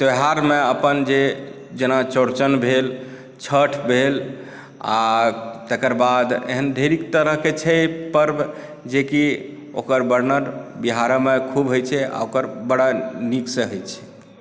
त्यौहारमे अपन जे जेना चौरचन भेल छठि भेल आ तेकर बाद एहन ढेरिक तरहके छै परब जे कि ओकर वर्णन बिहारमे खूब होए छै आ ओकर बड़ा नीकसॅं होए छै